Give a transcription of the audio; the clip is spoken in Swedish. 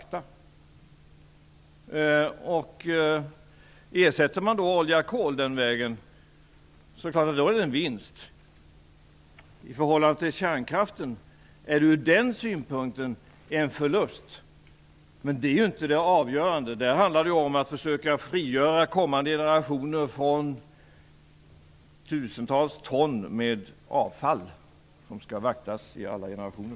Om man ersätter olja och kol den vägen är det klart att det är en vinst. I förhållande till kärnkraften är det från den synpunkten en förlust. Men det är inte det avgörande; där handlar det om att försöka frigöra kommande generationer från tusentals ton med avfall, som skall vaktas i alla generationer.